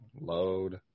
load